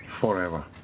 forever